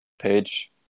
page